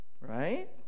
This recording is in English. right